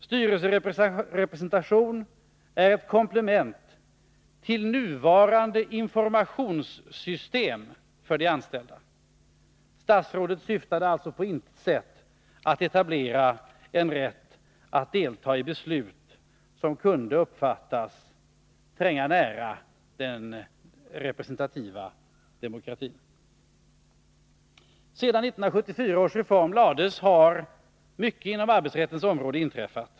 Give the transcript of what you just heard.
”Styrelserepresentation är ett komplement till nuvarande informationssystem för de anställda.” Statsrådet syftade alltså på intet sätt till att etablera en rätt att delta i beslut som kunde uppfattas tränga nära den representativa demokratin. Sedan 1974 års reform lades fram har mycket inom arbetsrättens område inträffat.